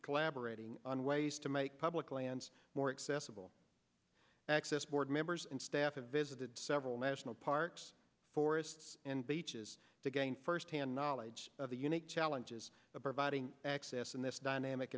ollaborating on ways to make public lands more accessible access board members and staff have visited several national parks forests and beaches to gain firsthand knowledge of the unique challenges of providing access in this dynamic